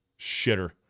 shitter